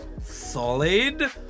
solid